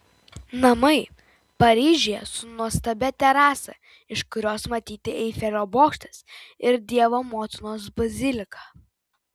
namai paryžiuje su nuostabia terasa iš kurios matyti eifelio bokštas ir dievo motinos bazilika